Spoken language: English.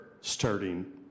starting